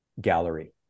gallery